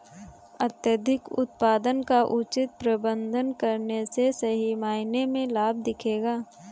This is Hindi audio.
अत्यधिक उत्पादन का उचित प्रबंधन करने से सही मायने में लाभ दिखेगा